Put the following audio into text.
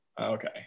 Okay